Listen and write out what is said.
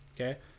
okay